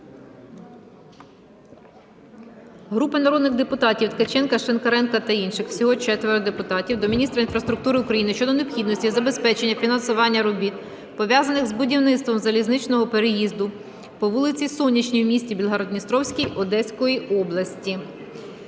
Групи народних депутатів (Ткаченка, Шинкаренка та інших. Всього 4 депутатів) до міністра інфраструктури України щодо необхідності забезпечення фінансування робіт, пов'язаних з будівництвом залізничного переїзду по вулиці Сонячній у місті Білгород-Дністровський Одеської області.